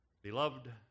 Beloved